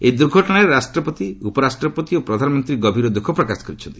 ଏହି ଦୁର୍ଘଟଣାରେ ରାଷ୍ଟ୍ରପତି ଉପରାଷ୍ଟ୍ରପତି ଓ ପ୍ରଧାନମନ୍ତ୍ରୀ ଗଭୀର ଦୁଃଖ ପ୍ରକାଶ କରିଛନ୍ତି